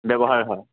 ব্যৱহাৰ হয়